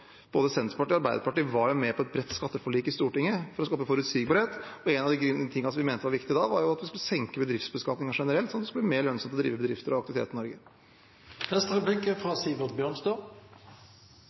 Både Senterpartiet og Arbeiderpartiet var jo med på et bredt skatteforlik i Stortinget for å skape forutsigbarhet, og noe av det vi mente var viktig da, var at vi skulle senke bedriftsbeskatningen generelt, slik at det skulle bli mer lønnsomt å drive bedrifter og aktivitet